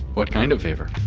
what kind of favor?